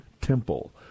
temple